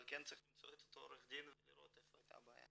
אבל כן צריך למצוא את אותו עורך דין ולראות איפה הבעיה.